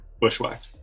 bushwhacked